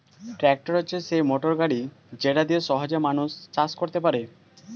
tractor হচ্ছে সেই motor গাড়ি যেটা দিয়ে সহজে মানুষ চাষ করতে পারে